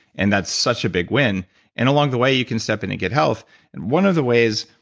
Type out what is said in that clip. and that's such a big win and along the way you can step in and get health and one of the ways,